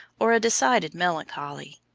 or a decided melancholy.